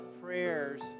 prayers